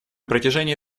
протяжении